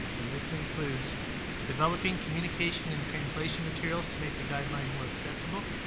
and this includes developing communication and translation materials to make the guideline more accessible,